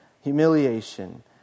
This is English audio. humiliation